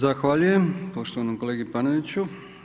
Zahvaljujem poštovanom kolegi Paneniću.